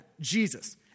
Jesus